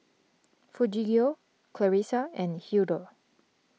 Refugio Clarissa and Hildur